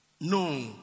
No